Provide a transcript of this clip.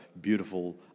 beautiful